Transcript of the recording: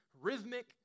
rhythmic